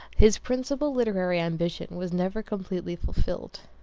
his principal literary ambition was never completely fulfilled.